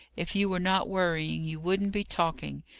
if you were not worrying, you wouldn't be talking.